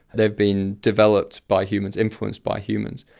they have been developed by humans, influenced by humans.